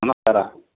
नमस्कारः